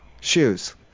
shoes